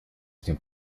этим